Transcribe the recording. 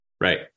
Right